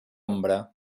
ombra